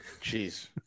Jeez